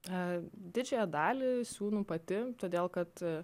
didžiąją dalį siūnu pati todėl kad